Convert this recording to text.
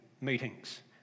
meetings